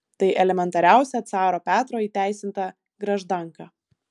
tai elementariausia caro petro įteisinta graždanka